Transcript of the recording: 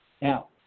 Now